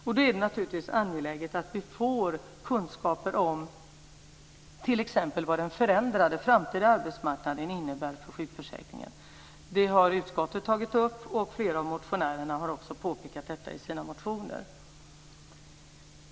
Därför är det naturligtvis angeläget att vi får kunskaper om t.ex. vad den förändrade framtida arbetsmarknaden innebär för sjukförsäkringen. Detta har utskottet tagit upp, och flera av motionärerna har också påpekat detta i sina motioner.